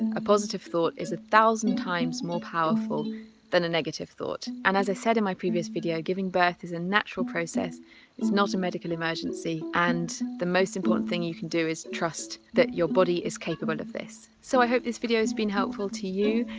and a positive thought is a thousand times more powerful than a negative thought. and as i said in my previous video, giving birth is a natural process it's not a medical emergency and the most important thing you can do is trust that your body is capable of this. so i hope this video has been helpful to you.